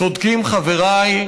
צודקים חבריי,